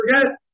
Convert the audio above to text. forget